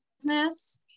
business